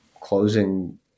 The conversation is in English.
closing